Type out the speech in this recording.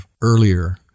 earlier